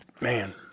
man